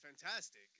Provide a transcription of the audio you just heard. fantastic